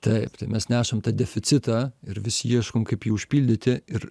taip tai mes nešam tą deficitą ir vis ieškom kaip jį užpildyti ir